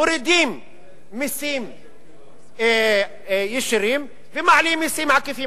מורידים מסים ישירים ומעלים מסים עקיפים.